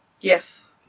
Yes